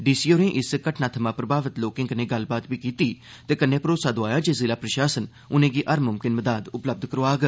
DC होरें इस घटना सवां प्रभावत लोकें कन्नै गल्लबात बी कीती ते कन्नै भरोसा दोआया जे जिला प्रशासन उनेंगी हर मुमकिन मदाद उपलब्ध करोआग